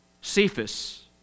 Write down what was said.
Cephas